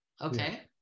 Okay